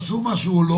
עשו משהו או לא